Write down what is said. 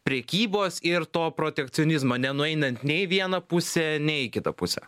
prekybos ir to protekcionizmo nenueinant nei į vieną pusę nei į kitą pusę